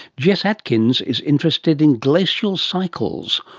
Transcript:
jess adkins is interested in glacial cycles,